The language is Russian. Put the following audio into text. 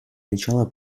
начало